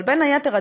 אבל בין היתר,